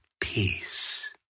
Peace